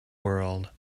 world